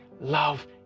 love